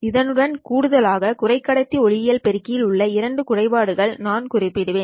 இதனுடன் கூடுதலாக குறைக்கடத்தி ஒளியியல் பெருக்கில் உள்ள இரண்டு குறைபாடுகளை நான் குறிப்பிடுவேன்